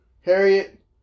Harriet